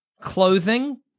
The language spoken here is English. Clothing